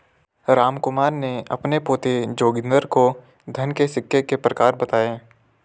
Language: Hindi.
रामकुमार ने अपने पोते जोगिंदर को धन के सिक्के के प्रकार बताएं